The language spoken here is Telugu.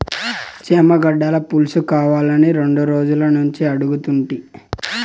చేమగడ్డల పులుసుకావాలని రెండు రోజులనుంచి అడుగుతుంటి